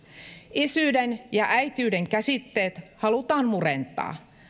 isyyden ja äitiyden käsitteet halutaan murentaa